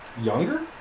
younger